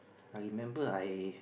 I remember I